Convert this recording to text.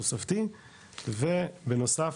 תוספתי ובנוסף,